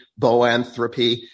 boanthropy